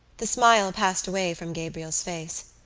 the smile passed away from gabriel's face.